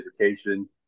education